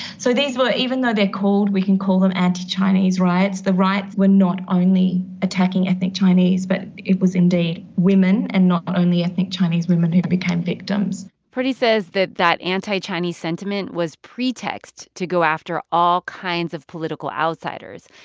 so these were even though they're called we can call them anti-chinese riots, the riots were not only attacking ethnic chinese. but it was indeed women and not only ethnic chinese women who become victims purdey says that that anti-chinese sentiment was pretext to go after all kinds of political outsiders.